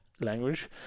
language